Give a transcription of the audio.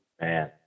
man